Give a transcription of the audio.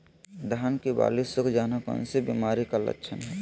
धान की बाली सुख जाना कौन सी बीमारी का लक्षण है?